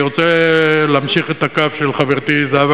אני רוצה להמשיך את הקו של חברתי זהבה